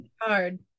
hard